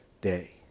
day